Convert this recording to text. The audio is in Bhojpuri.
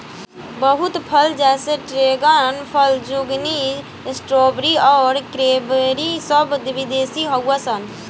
बहुत फल जैसे ड्रेगन फल, ज़ुकूनी, स्ट्रॉबेरी आउर क्रेन्बेरी सब विदेशी हाउअन सा